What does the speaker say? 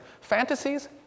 Fantasies